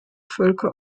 völker